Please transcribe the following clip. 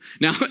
Now